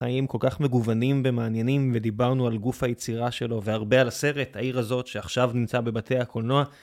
החיים כל כך מגוונים ומעניינים ודיברנו על גוף היצירה שלו והרבה על הסרט העיר הזאת שעכשיו נמצא בבתי הקולנוע